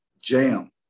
Jam